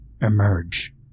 emerge